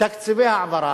בתקציבי ההעברה,